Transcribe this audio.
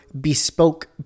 bespoke